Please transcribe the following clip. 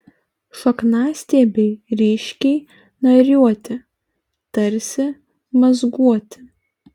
šakniastiebiai ryškiai nariuoti tarsi mazguoti